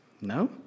No